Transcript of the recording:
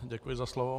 Děkuji za slovo.